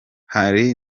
hari